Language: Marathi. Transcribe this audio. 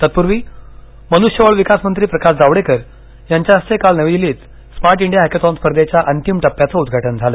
तत्पूर्वी मनुष्यबळ विकास मंत्री प्रकाश जाबडेकर यांच्या हस्ते काल नवी दिल्लीत स्मार्ट इंडिया हॅकेथॉन स्पर्धेच्या अंतिम टप्प्याचं उद्घाटन झालं